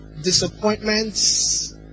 disappointments